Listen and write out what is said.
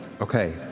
Okay